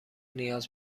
نیاز